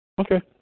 Okay